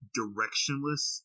directionless